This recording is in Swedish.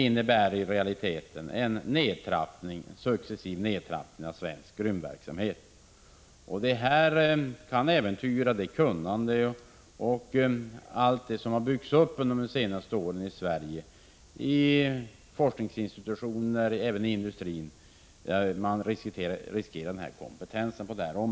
I realiteten innebär det en successiv nedtrappning av svensk rymdverksamhet, och det kan äventyra det kunnande och den kompetens som byggts upp i Sverige på det här området i forskningsinstitutioner och även inom industrin.